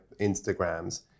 Instagrams